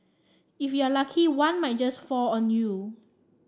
if you're lucky one might just fall on you